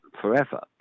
forever